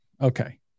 Okay